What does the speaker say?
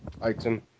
item